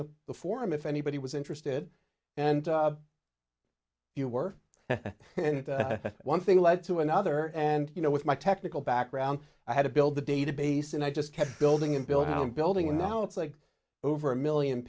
on the forum if anybody was interested and you were and one thing led to another and you know with my technical background i had to build the database and i just kept building and building on building and now it's like over a million